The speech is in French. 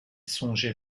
songer